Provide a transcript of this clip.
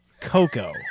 Coco